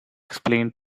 explain